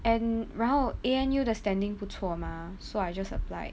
and 然后 A_N_U 的 standing 不错 mah so I just apply